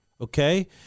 Okay